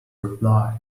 reply